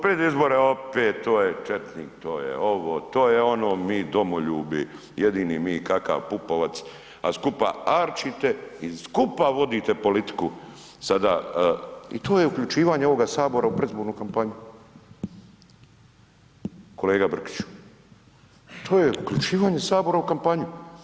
Pred izbore, opet to je četnik, to je ovo, to je ono, mi domoljubi, jedini mi, kakav Pupovac, a skupa arčite i skupa vodite politiku sada i to je uključivanje ovoga Sabora u predizbornu kampanju, kolega Brkiću, to je uključivanje Sabora u kampanju.